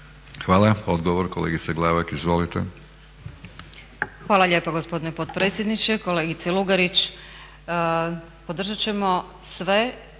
Hvala. Odgovor kolega Horvat, izvolite.